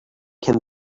can